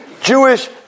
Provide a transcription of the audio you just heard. Jewish